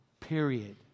period